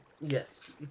yes